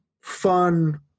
fun